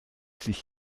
sich